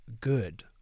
good